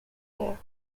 there